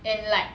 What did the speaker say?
and like